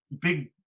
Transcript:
big